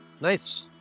Nice